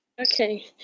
Okay